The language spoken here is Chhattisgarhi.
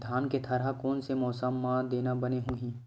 धान के थरहा कोन से मौसम म देना बने होही?